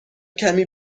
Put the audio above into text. کمی